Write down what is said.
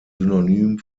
synonym